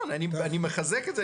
אני מחזק את זה,